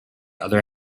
other